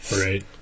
Right